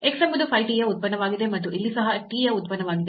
x ಎಂಬುದು phi t ಯ ಉತ್ಪನ್ನವಾಗಿದೆ ಮತ್ತು ಇಲ್ಲಿ y ಸಹ t ಯ ಉತ್ಪನ್ನವಾಗಿದೆ